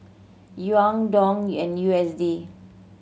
Yuan Dong and U S D